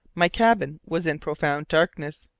my cabin was in profound darkness.